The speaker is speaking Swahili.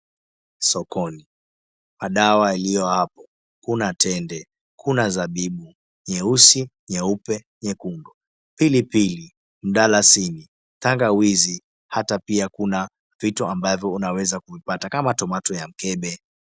Sokoni madawa iliyo hapo Kuna tende , kuna zabibu nyeusi, nyeupe, nyekudu, pilipili, dalasini, tangawizi hata pia Kuna vitu mbavyo unaweza kupata kama {cs}tomato{cs}ya mikebe.